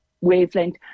wavelength